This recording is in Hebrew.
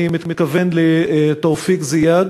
אני מתכוון לתופיק זיאד,